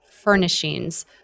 furnishings